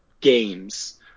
games